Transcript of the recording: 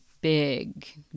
big